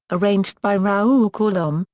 arranged by raoul colombe,